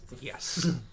Yes